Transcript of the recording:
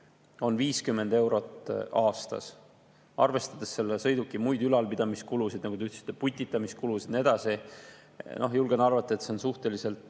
50 eurot aastas. Arvestades selle sõiduki muid ülalpidamiskulusid – nagu te ütlesite, putitamiskulusid ja nii edasi –, julgen arvata, et see on suhteliselt